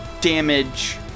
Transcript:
damage